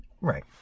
right